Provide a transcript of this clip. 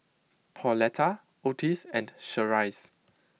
Pauletta Ottis and Cherise